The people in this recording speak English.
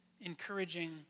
Encouraging